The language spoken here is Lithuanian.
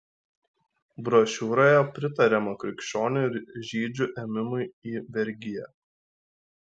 brošiūroje pritariama krikščionių ir žydžių ėmimui į vergiją